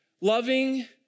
loving